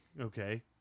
okay